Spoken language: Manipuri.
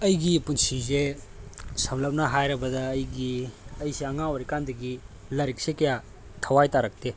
ꯑꯩꯒꯤ ꯄꯨꯟꯁꯤꯁꯦ ꯁꯝꯂꯞꯅ ꯍꯥꯏꯔꯕꯗ ꯑꯩꯒꯤ ꯑꯩꯁꯦ ꯑꯉꯥꯡ ꯑꯣꯏꯔꯤꯀꯥꯟꯗꯒꯤ ꯂꯥꯏꯔꯤꯛꯁꯦ ꯀꯌꯥ ꯊꯋꯥꯏ ꯇꯥꯔꯛꯇꯦ